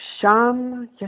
Sham